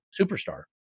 Superstar